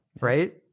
right